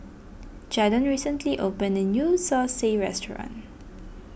Jadon recently opened a new Zosui restaurant